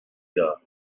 gars